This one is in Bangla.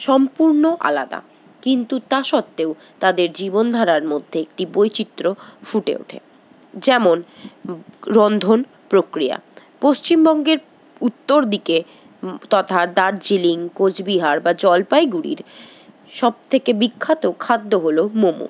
সম্পূর্ণ আলাদা কিন্তু তা সত্ত্বেও তাদের জীবনধারার মধ্যে একটি বৈচিত্র্য ফুটে ওঠে যেমন রন্ধন প্রক্রিয়া পশ্চিমবঙ্গের উত্তর দিকে তথা দার্জিলিং কোচবিহার বা জলপাইগুড়ির সব থেকে বিখ্যাত খাদ্য হল মোমো